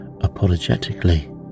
apologetically